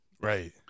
right